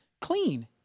clean